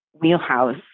wheelhouse